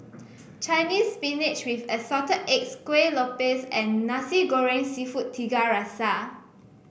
Chinese Spinach with Assorted Eggs Kueh Lopes and Nasi Goreng seafood Tiga Rasa